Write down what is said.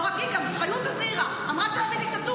ולא רק היא, גם חיות הזהירה, אמרה שנביא דיקטטורה.